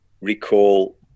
recall